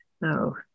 no